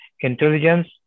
intelligence